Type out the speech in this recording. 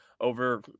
over